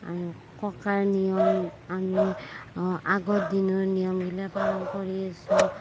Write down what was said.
আৰু ককাৰ নিয়ম আমি অঁ আগৰ দিনৰ নিয়ম গিলা পালন কৰি আছোঁ